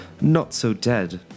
not-so-dead